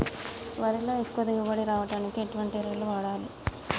వరిలో ఎక్కువ దిగుబడి రావడానికి ఎటువంటి ఎరువులు వాడాలి?